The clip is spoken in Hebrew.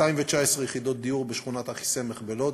219 יחידות דיור בשכונת אחיסמך בלוד,